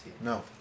No